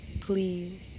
please